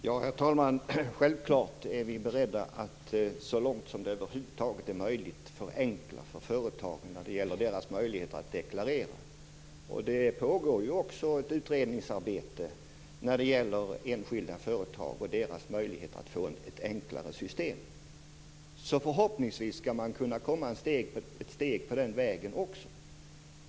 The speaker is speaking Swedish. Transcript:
Herr talman! Självklart är vi beredda att så långt som det över huvud taget är möjligt förenkla för företagen när det gäller deras möjligheter att deklarera. Det pågår också ett utredningsarbete när det gäller enskilda företag och deras möjligheter att använda ett enklare system. Förhoppningsvis skall man också kunna komma ett steg på den vägen.